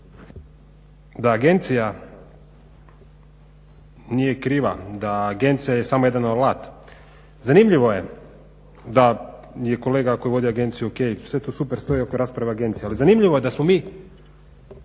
da agencija nije kriva, da agencija je samo jedan alat, zanimljivo je da je kolega koji je vodio agenciju O.K. sve to super stoji oko rasprave agencija ali zanimljivo je da smo mi